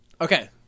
Okay